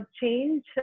change